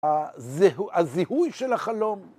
הזיהוי של החלום.